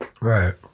Right